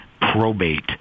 probate